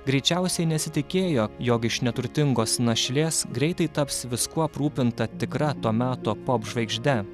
greičiausiai nesitikėjo jog iš neturtingos našlės greitai taps viskuo aprūpinta tikra to meto popžvaigžde